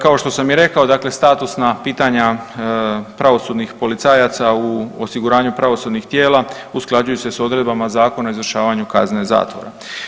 Kao što sam i rekao dakle statusna pitanja pravosudnih policajaca u osiguranju pravosudnih tijela usklađuju se s odredbama Zakona o izvršavanju kazne zatvora.